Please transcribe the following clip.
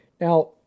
Now